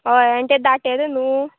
हय आनी ते दाटेलें न्हू